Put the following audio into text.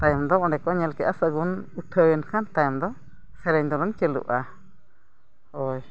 ᱛᱟᱭᱚᱢ ᱫᱚ ᱚᱸᱰᱮ ᱠᱚ ᱧᱮᱞ ᱠᱮᱜᱼᱟ ᱥᱟᱹᱜᱩᱱ ᱴᱷᱟᱹᱣᱮᱱ ᱠᱷᱟᱱ ᱛᱟᱭᱚᱢ ᱫᱚ ᱥᱮᱨᱮᱧ ᱫᱚᱵᱚᱱ ᱪᱟᱹᱞᱩᱜᱼᱟ ᱦᱳᱭ